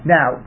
Now